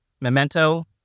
Memento